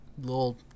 little